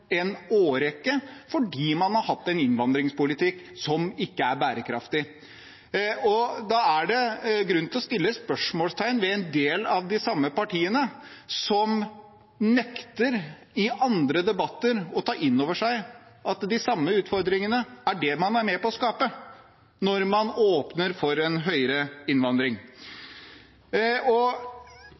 en årrekke, fordi man har hatt en innvandringspolitikk som ikke er bærekraftig. Da er det grunn til å sette spørsmålstegn ved at en del av de samme partiene i andre debatter nekter å ta inn over seg at de samme utfordringene er dem man er med på å skape, når man åpner for mer innvandring.